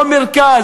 לא מרכז,